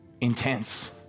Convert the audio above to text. intense